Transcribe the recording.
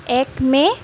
এক মে